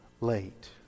late